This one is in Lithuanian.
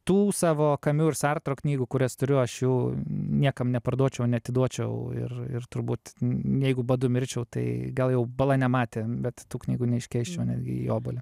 tų savo kamiu ir sartro knygų kurias turiu aš jų niekam neparduočiau neatiduočiau ir ir turbūt jeigu badu mirčiau tai gal jau bala nematė bet tų knygų neiškeisčiau netgi į obuolį